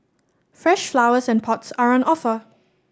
fresh flowers and pots are on offer